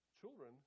children